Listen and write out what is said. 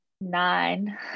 Nine